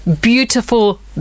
beautiful